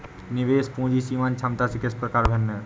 निवेश पूंजी सीमांत क्षमता से किस प्रकार भिन्न है?